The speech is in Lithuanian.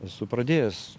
esu pradėjęs